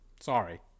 Sorry